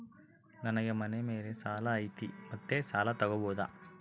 ನನಗೆ ಮನೆ ಮೇಲೆ ಸಾಲ ಐತಿ ಮತ್ತೆ ಸಾಲ ತಗಬೋದ?